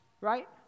right